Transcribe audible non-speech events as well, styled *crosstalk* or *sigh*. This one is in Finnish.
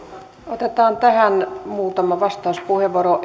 otetaan tähän muutama vastauspuheenvuoro *unintelligible*